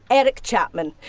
eric chapman,